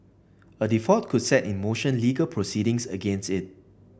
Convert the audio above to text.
a default could set in motion legal proceedings against it